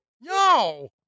No